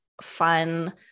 fun